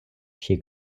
she